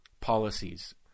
policies